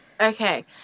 okay